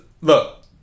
Look